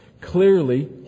Clearly